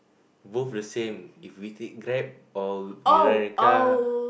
both the same if we take Grab or we rent a car